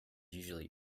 usually